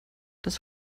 das